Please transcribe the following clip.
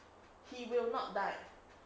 he will not die